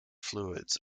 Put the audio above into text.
fluids